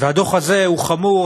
והדוח הזה הוא חמור,